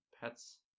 Pets